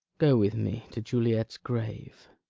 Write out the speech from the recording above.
go with me to juliet's grave